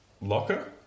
locker